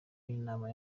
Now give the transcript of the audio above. y’inama